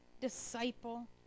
disciple